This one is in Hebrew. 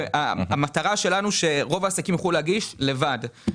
המטרה שלנו היא שרוב העסקים יוכלו להגיש לבד.